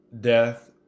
death